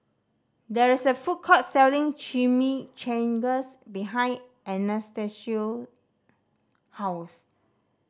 there is a food court selling Chimichangas behind Anastacio house